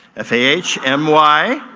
f a h m y.